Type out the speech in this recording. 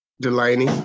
Delaney